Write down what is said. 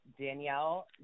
Danielle